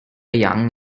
young